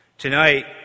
Tonight